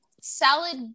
salad